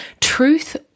truth